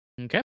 Okay